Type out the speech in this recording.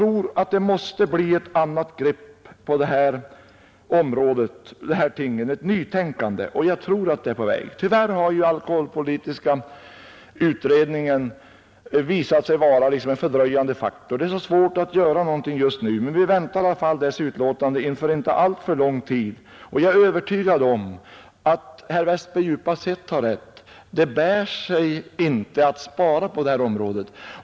Man måste ta ett annat grepp på de här tingen, det måste till ett nytänkande, och jag tror att det är på väg. Tyvärr har alkoholpolitiska utredningen visat sig vara en fördröjande faktor — det är så svårt att göra någonting just nu — men vi väntar i alla fall dess betänkande inom en inte alltför lång tid. Jag är övertygad om att herr Westberg djupast sett har rätt. Det bär sig inte att spara på det här området.